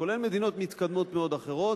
כולל מדינות מתקדמות מאוד אחרות,